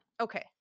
okay